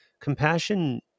Compassion